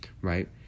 right